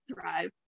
thrive